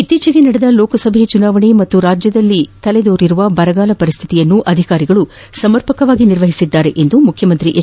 ಇತ್ತೀಚಿಗೆ ನಡೆದ ಲೋಕಸಭಾ ಚುನಾವಣೆ ಹಾಗೂ ರಾಜ್ಯದಲ್ಲಿ ತಲೆದೋರಿರುವ ಬರಗಾಲ ಪರಿಸ್ಠಿತಿಯನ್ನು ಅಧಿಕಾರಿಗಳು ಸಮರ್ಪಕವಾಗಿ ನಿರ್ವಹಿಸಿದ್ದಾರೆ ಎಂದು ಮುಖ್ಯಮಂತ್ರಿ ಎಚ್